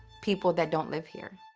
people that don't live here.